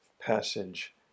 passage